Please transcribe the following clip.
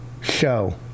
show